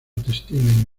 textiles